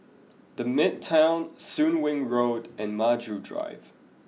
the Midtown Soon Wing Road and Maju Drive